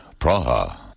Praha